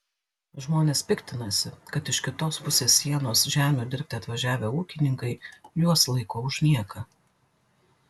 žmonės piktinasi kad iš kitos pusės sienos žemių dirbti atvažiavę ūkininkai juos laiko už nieką